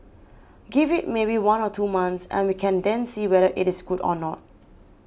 give it maybe one or two months and we can then see whether it is good or not